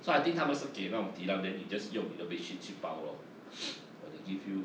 so I think 他们是给那种 tilam then you just 用你的 bedsheet 去报 lor or they give you